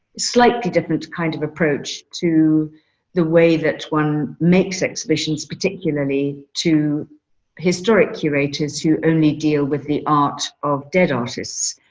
slightly different kind of approach to the way that one makes exhibitions, particularly to historic curators who only deal with the art of dead artists.